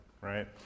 right